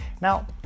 Now